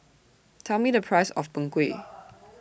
Tell Me The Price of Png Kueh